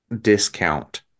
discount